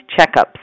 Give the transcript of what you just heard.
checkups